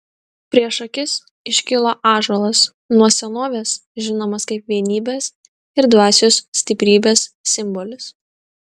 prieš akis iškilo ąžuolas nuo senovės žinomas kaip vienybės ir dvasios stiprybės simbolis